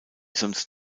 sonst